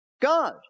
God